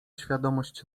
świadomość